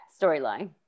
storyline